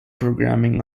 programming